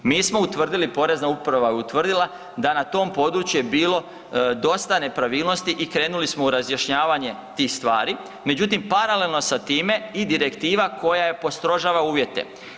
Mi smo utvrdili, porezna uprava je utvrdila da na tom području je bilo dosta nepravilnosti i krenuli smo u razjašnjavanje tih stvari, međutim, paralelno sa time i direktiva koja je postrožava uvjete.